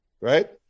right